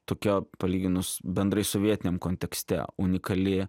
tokia palyginus bendrai sovietiniam kontekste unikali